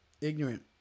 ignorant